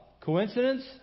Coincidence